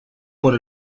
por